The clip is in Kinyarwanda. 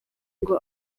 ngo